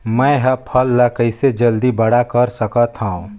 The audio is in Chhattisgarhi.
मैं ह फल ला कइसे जल्दी बड़ा कर सकत हव?